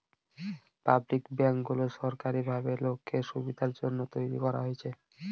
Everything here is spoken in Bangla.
পাবলিক ব্যাঙ্কগুলো সরকারি ভাবে লোকের সুবিধার জন্য তৈরী করা হচ্ছে